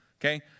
okay